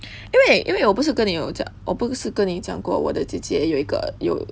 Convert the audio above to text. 因为因为我不是跟你有讲我不是跟你讲过我的姐姐有一个有